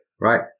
Right